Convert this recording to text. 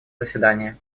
заседание